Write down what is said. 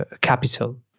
capital